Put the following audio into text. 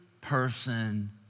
person